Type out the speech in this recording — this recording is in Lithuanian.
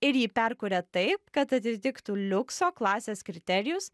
ir jį perkuria taip kad atitiktų liukso klasės kriterijus